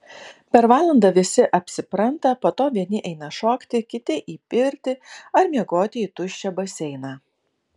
per valandą visi apsipranta po to vieni eina šokti kiti į pirtį ar miegoti į tuščią baseiną